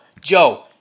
joe